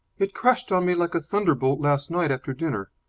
it crashed on me like a thunderbolt last night after dinner.